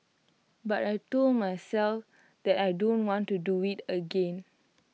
but I Told myself that I don't want to do IT again